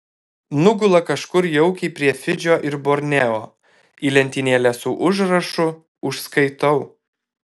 nugula kažkur jaukiai prie fidžio ir borneo į lentynėlę su užrašu užskaitau